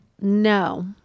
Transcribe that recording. No